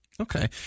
Okay